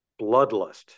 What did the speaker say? bloodlust